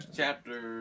chapter